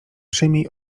przyjmij